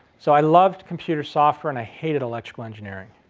so, i loved computer software and i hated electrical engineering.